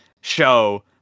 show